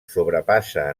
sobrepassa